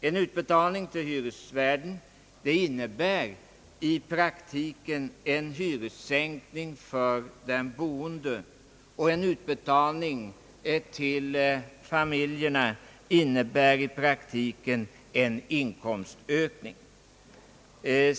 En utbetalning till hyresvärden innebär i praktiken en hyressänkning för den boende, utbetalning till familjerna innebär i praktiken en inkomstökning.